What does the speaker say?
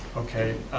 okay,